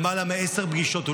למעלה מעשר פגישות,